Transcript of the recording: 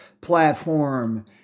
platform